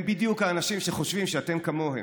הם בדיוק האנשים שחושבים שאתם כמוהם.